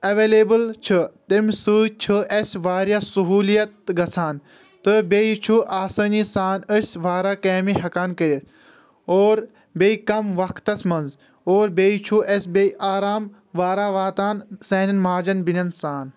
available چھ تَمہِ سۭتۍ چھ اَسہِ واریاہ سہولیت گژھان تہٕ بیٚیہِ چُھ آسأنی سان أسۍ واریاہ کامہِ ہیٚکان کٔرِتھ اور بیٚیہِ کم وقتس منٛز اور بیٚیہِ چُھ اَسہِ بیٚیہِ آرام واریاہ واتان سانٮ۪ن ماجٮ۪ن بیٚنٮ۪ن سان